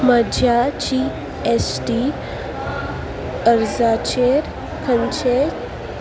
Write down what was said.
म्हज्या G S T अर्जाचेर खंयचें